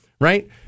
Right